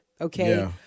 Okay